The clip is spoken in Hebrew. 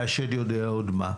והשד יודע עוד במה.